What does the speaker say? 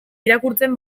irakurtzen